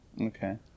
Okay